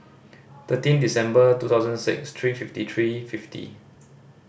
thirteen December two thousand six three fifty three fifty